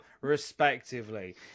respectively